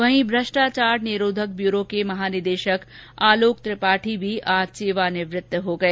वहीं भ्रष्टाचार निरोधक ब्यूरो के महानिदेशक आलोक त्रिपाठी भी आज सेवानिवत्त हो गए